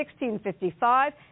1655